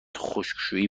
خشکشویی